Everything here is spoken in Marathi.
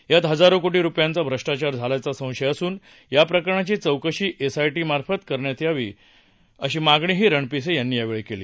यात हजारो कोशी रुपयांचा भ्रष्टाचार झाल्याचा संशय असून या प्रकरणाची चौकशी एसआयशी अर्थात विशेष तपासपथका कडून करावी अशी मागणीही रणपिसे यांनी यावेळी केली